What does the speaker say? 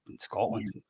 Scotland